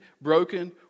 broken